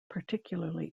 particularly